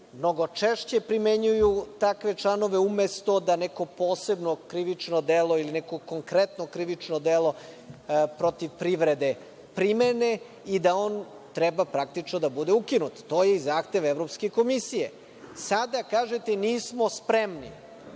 mnogo češće primenjuju takve članove, umesto da neko posebno krivično delo ili neko konkretno krivično delo protiv privrede primene i da on treba praktično da bude ukinut. To je i zahtev Evropske komisije. Sada kažete – nismo spremni.